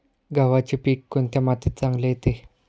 गव्हाचे पीक कोणत्या मातीत चांगले येते?